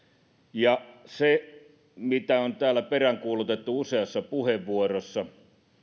se mitä on täällä peräänkuulutettu useassa puheenvuorossa